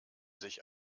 sich